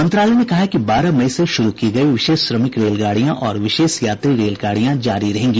मंत्रालय ने कहा कि बारह मई से शुरू की गई विशेष श्रमिक रेलगाड़ियां और विशेष यात्री रेलगाड़ियां जारी रहेंगी